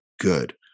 good